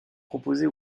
proposées